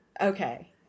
okay